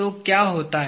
तो क्या होता है